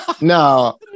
No